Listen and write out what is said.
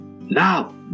Now